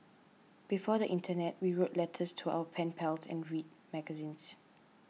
before the internet we wrote letters to our pen pals and read magazines